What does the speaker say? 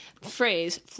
phrase